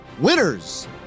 winners